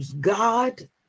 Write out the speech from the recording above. God